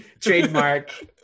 trademark